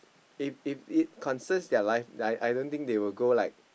If they consist their life I don't think they go like